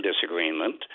disagreement